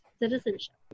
citizenship